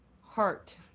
Heart